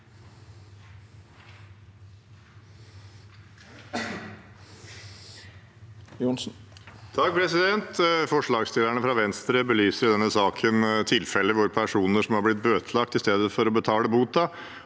(FrP) Forslagsstiller- ne fra Venstre belyser i denne saken tilfeller hvor personer som har blitt bøtelagt, i stedet for å betale boten